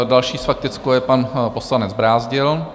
Další s faktickou je pan poslanec Brázdil.